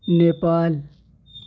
Nepal